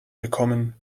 bekommen